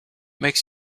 makes